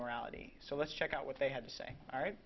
morality so let's check out what they had to say all right